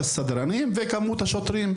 כמות הסדרנים וכמות השוטרים,